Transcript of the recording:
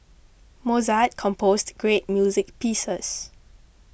Mozart composed great music pieces